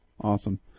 Awesome